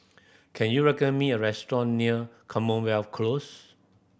can you recommend me a restaurant near Commonwealth Close